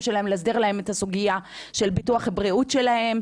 שלהם להסדיר להם את הסוגייה של ביטוח הבריאות שלהם,